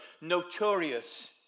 notorious